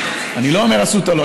אני לא אומר אסותא לא.